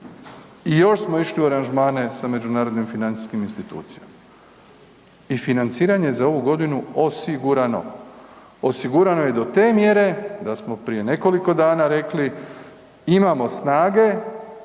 I još smo išli u aranžmane sa međunarodnim financijskim institucijama i financiranje za ovu godinu osigurano. Osigurano je do te mjere da smo prije nekoliko dana rekli imamo snage